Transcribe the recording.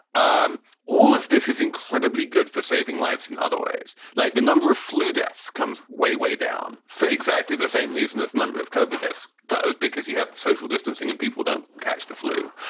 um all of this is incredibly good for saving lives in other ways, like the number of flu deaths comes way, way down for exactly the same reason as number of cope with this does because you have social distancing and people don't. catch the flu.